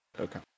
Okay